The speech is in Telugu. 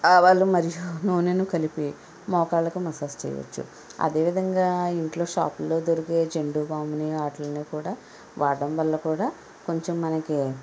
ఆవాలు మరియు నూనెను కలిపి మోకాళ్ళకు మసాజ్ చేయవచ్చు అదేవిధంగా ఇంట్లో షాపుల్లో దొరికే జండుబాములు వాటిల్ని కూడా వాడడం వల్ల కూడా కొంచెం మనకి